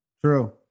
True